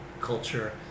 culture